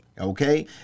Okay